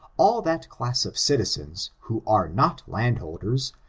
all that class of citizens who are not landholders,